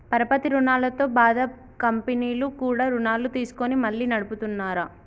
పరపతి రుణాలతో బాధ కంపెనీలు కూడా రుణాలు తీసుకొని మళ్లీ నడుపుతున్నార